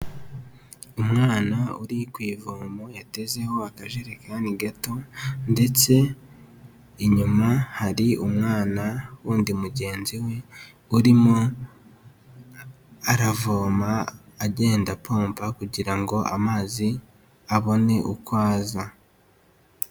Umwana uri ku ivomo, yatezeho akajerekani gato ndetse inyuma hari umwana wundi mugenzi we urimo aravoma, agenda apomba kugira ngo amazi abone uko aza.